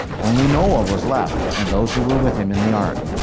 only noah was left, and those who were with him in the ark.